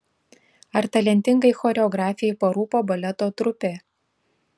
ar talentingai choreografei parūpo baleto trupė